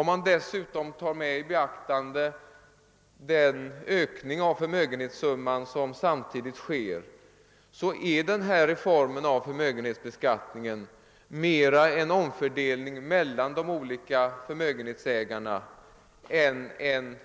Om man dessutom beaktar den ökning av förmögenhetssumman som <samtidigt sker är denna reform av förmögenhetsbeskattningen mer en omfördelning mellan de olika förmögenhetsägarna än en